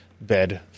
bed